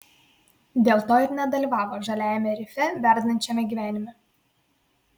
dėl to ir nedalyvavo žaliajame rife verdančiame gyvenime